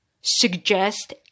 suggest